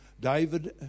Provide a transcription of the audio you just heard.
David